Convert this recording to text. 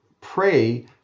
pray